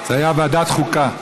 זה היה בוועדת החוקה.